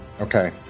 Okay